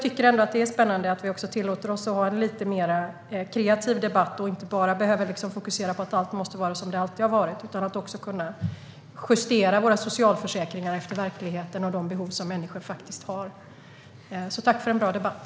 Det är spännande att vi tillåter oss att ha en lite mer kreativ debatt och inte bara behöver fokusera på att allt måste vara som det alltid har varit utan att vi kan justera våra socialförsäkringar efter verkligheten och de behov som människor faktiskt har. Tack för en bra debatt!